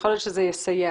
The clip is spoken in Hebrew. יכול להיות שזה יסייע.